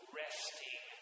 resting